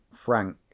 frank